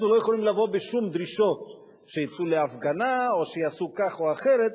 אנחנו לא יכולים לבוא בשום דרישות שיצאו להפגנה או שיעשו כך או אחרת,